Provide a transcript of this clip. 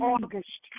August